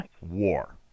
war